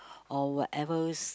or whatever